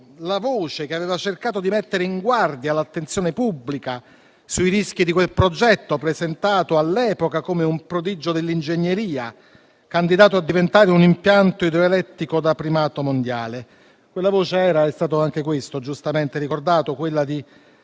la voce che aveva cercato di mettere in guardia l'attenzione pubblica sui rischi di quel progetto, presentato all'epoca come un prodigio dell'ingegneria, candidato a diventare un impianto idroelettrico da primato mondiale. Quella voce era - è stato anche questo giustamente ricordato - quella di